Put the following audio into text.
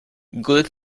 good